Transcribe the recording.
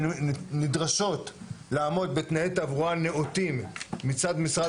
שנדרשות לעמוד בתנאי תברואה נאותים מצד משרד